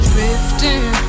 Drifting